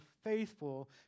faithful